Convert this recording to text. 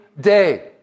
day